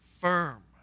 firm